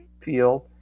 field